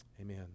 Amen